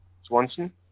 Swanson